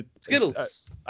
Skittles